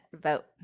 vote